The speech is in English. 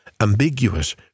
ambiguous